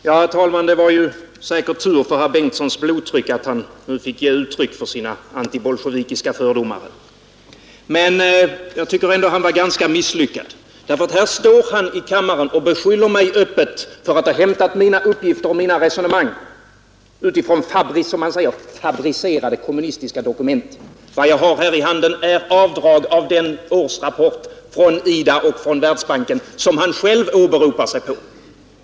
Herr talman! Det var säkert tur för herr Bengtsons blodtryck att han nu fick ge uttryck för sina antibolsjevikiska fördomar. Men jag tycker ändå att han var ganska misslyckad. Här står han i kammaren och beskyller mig öppet för att ha hämtat mina uppgifter och mina resonemang från ”fabricerade kommunistiska dokument”. Vad jag har här i handen är avdrag av den årsrapport från IDA och Världsbanken som han själv åberopar.